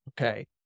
Okay